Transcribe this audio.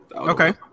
Okay